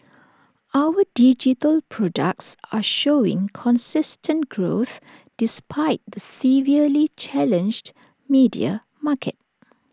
our digital products are showing consistent growth despite the severely challenged media market